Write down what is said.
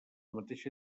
mateixa